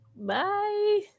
Bye